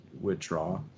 withdraw